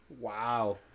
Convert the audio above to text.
Wow